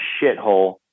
shithole